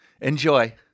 Enjoy